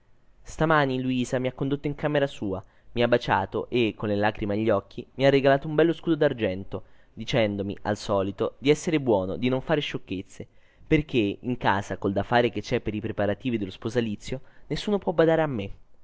stamani luisa mi ha condotto in camera sua mi ha baciato e con le lacrime agli occhi mi ha regalato un bello scudo d'argento dicendomi al solito di esser buono di non fare sciocchezze perché in casa col da fare che c'è per i preparativi dello sposalizio nessuno può badare a me